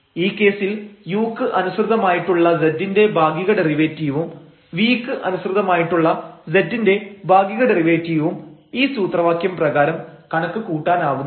ഈ കേസിൽ u ക്ക് അനുസൃതമായിട്ടുള്ള z ൻറെ ഭാഗിക ഡെറിവേറ്റീവും v ക്ക് അനുസൃതമായിട്ടുള്ള z ൻറെ ഭാഗിക ഡെറിവേറ്റീവും ഈ സൂത്രവാക്യം പ്രകാരം കണക്ക് കൂട്ടാനാവുന്നതാണ്